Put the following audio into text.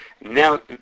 now